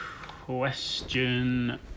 Question